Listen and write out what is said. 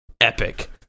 epic